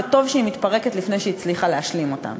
וטוב שהיא מתפרקת לפני שהיא הצליחה להשלים אותם,